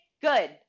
Good